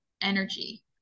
energy